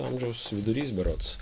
amžiaus vidurys berods